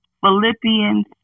Philippians